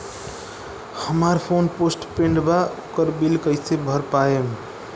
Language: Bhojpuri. हमार फोन पोस्ट पेंड़ बा ओकर बिल कईसे भर पाएम?